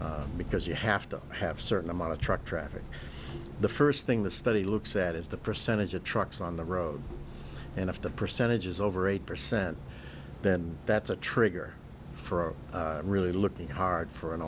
exclusion because you have to have certain amount of truck traffic the first thing the study looks at is the percentage of trucks on the road and if the percentage is over eight percent then that's a trigger for a really looking hard for an